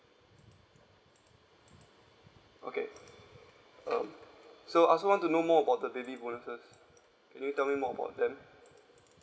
okay um so I also want to know more about the baby bonuses can you tell me more about that